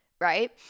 right